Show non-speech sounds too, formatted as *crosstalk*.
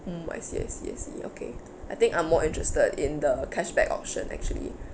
mm I see I see I see okay I think I'm more interested in the cashback option actually *breath*